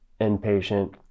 inpatient